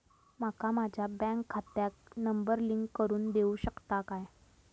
माका माझ्या बँक खात्याक नंबर लिंक करून देऊ शकता काय?